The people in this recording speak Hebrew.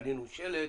תלינו שלט,